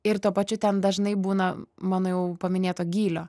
ir tuo pačiu ten dažnai būna mano jau paminėto gylio